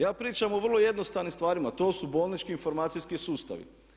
Ja pričam o vrlo jednostavnim stvarima a to su bolnički informacijski sustavi.